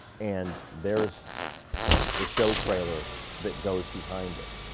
and there's the show trailer that goes behind it.